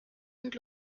und